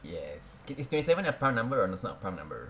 yes is twenty seven a prime number or is not a prime number